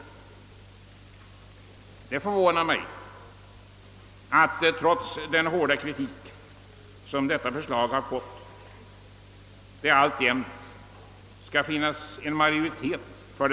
Det skulle förvåna mig, om det alltjämt funnes majoritet för detta förslag trots den hårda kritik som det utsatts för.